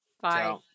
Bye